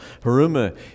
Haruma